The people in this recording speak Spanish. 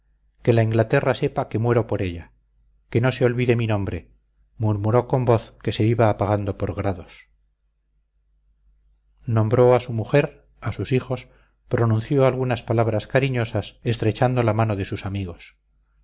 que la inglaterra sepa que muero por ella que no se olvide mi nombre murmuró con voz que se iba apagando por grados nombró a su mujer a sus hijos pronunció algunas palabras cariñosas estrechando la mano de sus amigos